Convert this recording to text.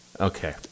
Okay